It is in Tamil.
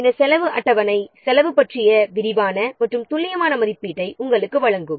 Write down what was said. இந்த செலவு அட்டவணை செலவு பற்றிய விரிவான மற்றும் துல்லியமான மதிப்பீட்டை நமக்கு வழங்கும்